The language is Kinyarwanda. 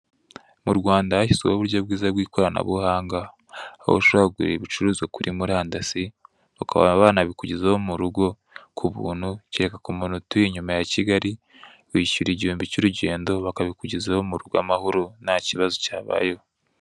Mu Rwanda hashyizweho uburyo bwiza bw'ikoranabuhanga aho ushobra kugurira ibicuruzwa kuri murandasi bakaba banabikugezaho mu rugo kubuntu, kereka ku munyu utuye inyuma ya kigali wishyura igihumbi cy'urugendo bakabikugezaho mu rugo a,mahoro nta kibazo cyabayeho.